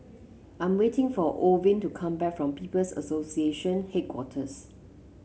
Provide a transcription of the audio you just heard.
I am waiting for Orvin to come back from People's Association Headquarters